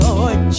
Lord